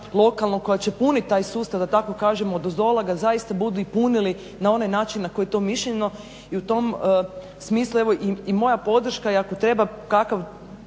lokalno, koja će puniti taj sustav da tako kažem odozdola ga zaista budu i punili na onaj način na koji je to zamišljeno. I u tom smislu evo i moja podrška i ako treba kakav